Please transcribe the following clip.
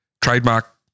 trademark